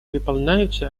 выполняются